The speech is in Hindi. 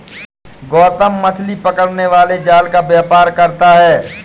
गौतम मछली पकड़ने वाले जाल का व्यापार करता है